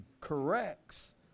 corrects